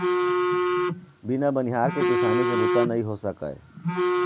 बिन बनिहार के किसानी के बूता नइ हो सकय